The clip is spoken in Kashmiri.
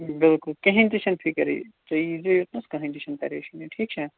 بِلکُل کِہیٖنۍ تہِ چھَنہٕ فِکِر ییٚتہِ تُہۍ یی زیو یوٚتنس کٕہٕنۍ تہِ چھَنہٕ پریشٲنی ٹھیٖک چھا